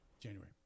January